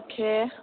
okay